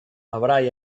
avrai